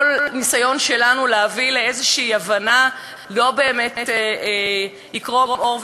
כל ניסיון שלנו להביא לאיזושהי הבנה לא באמת יקרום עור וגידים.